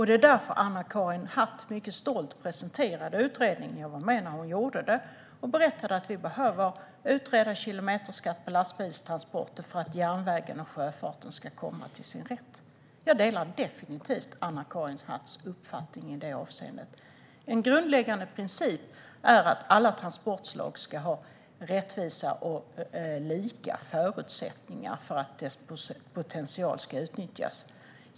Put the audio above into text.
Det var därför som Anna-Karin Hatt mycket stolt presenterade utredningen - jag var med när hon gjorde det - och berättade att vi behöver utreda kilometerskatt på lastbilstransporter för att järnvägen och sjöfarten ska komma till sin rätt. Jag delar definitivt Anna-Karin Hatts uppfattning i detta avseende. En grundläggande princip är att alla transportslag ska ha rättvisa och lika förutsättningar för att deras potential ska utnyttjas.